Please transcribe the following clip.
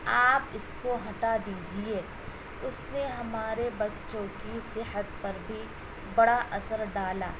آپ اس کو ہٹا دیجیے اس نے ہمارے بچوں کی صحت پر بھی بڑا اثر ڈالا